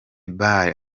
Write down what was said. bale